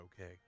okay